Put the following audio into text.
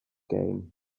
game